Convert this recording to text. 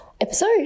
episode